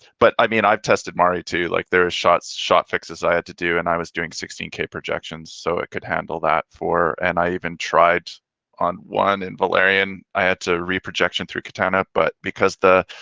but i mean, i've tested mari too. like there are shots shot fixes i had to do and i was doing sixteen k projections. so, it could handle that for, and i even tried on one in valerian. i had to re projection through katana, but because the,